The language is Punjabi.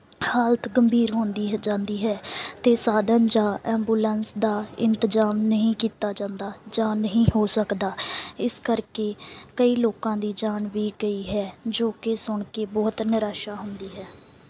ਹਾਲਤ ਗੰਭੀਰ ਹੁੰਦੀ ਹੈ ਜਾਂਦੀ ਹੈ ਅਤੇ ਸਾਧਨ ਜਾਂ ਐਬੂਲੈਂਸ ਦਾ ਇੰਤਜ਼ਾਮ ਨਹੀਂ ਕੀਤਾ ਜਾਂਦਾ ਜਾਂ ਨਹੀਂ ਹੋ ਸਕਦਾ ਇਸ ਕਰਕੇ ਕਈ ਲੋਕਾਂ ਦੀ ਜਾਨ ਵੀ ਗਈ ਹੈ ਜੋ ਕਿ ਸੁਣ ਕੇ ਬਹੁਤ ਨਿਰਾਸ਼ਾ ਹੁੰਦੀ ਹੈ